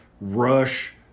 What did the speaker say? rush